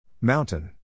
Mountain